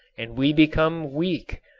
and we become weak,